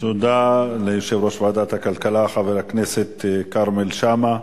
תודה ליושב-ראש ועדת הכלכלה, חבר הכנסת כרמל שאמה.